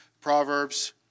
Proverbs